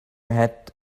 had